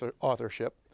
authorship